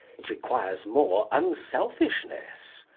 it requires more unselfishness.